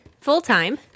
full-time